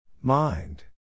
Mind